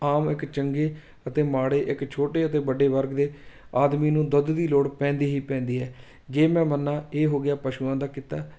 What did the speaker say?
ਆਮ ਇੱਕ ਚੰਗੇ ਅਤੇ ਮਾੜੇ ਇੱਕ ਛੋਟੇ ਅਤੇ ਵੱਡੇ ਵਰਗ ਦੇ ਆਦਮੀ ਨੂੰ ਦੁੱਧ ਦੀ ਲੋੜ ਪੈਂਦੀ ਹੀ ਪੈਂਦੀ ਹੈ ਜੇ ਮੈਂ ਮੰਨਾਂ ਇਹ ਹੋ ਗਿਆ ਪਸ਼ੂਆਂ ਦਾ ਕਿੱਤਾ